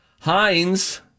Heinz